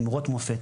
אמרות מופת,